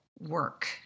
work